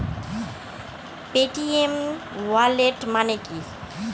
Paytm wallet মানে কি?